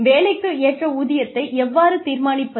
வேலைக்கு ஏற்ற ஊதியத்தை எவ்வாறு தீர்மானிப்பது